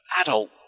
adult